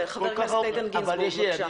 חבר הכנסת איתן גינזבורג, בבקשה.